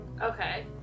Okay